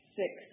six